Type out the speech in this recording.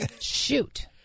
Shoot